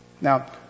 now